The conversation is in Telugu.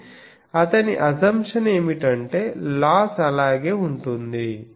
కానీ అతని అసంప్షన్ ఏమిటంటే లాస్ అలాగే ఉంటుంది